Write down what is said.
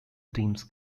teams